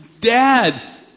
Dad